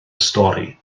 stori